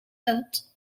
uit